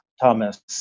Thomas